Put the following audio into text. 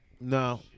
No